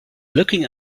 looking